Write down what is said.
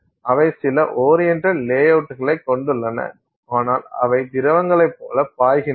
அவை சில ஓரியண்டட் லே அவுட்களை கொண்டுள்ளன ஆனால் அவை திரவங்களைப் போல பாய்கின்றன